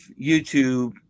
YouTube